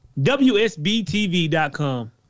WSBTV.com